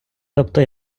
тобто